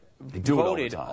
Voted